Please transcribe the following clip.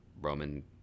roman